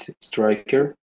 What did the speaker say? striker